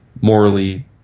morally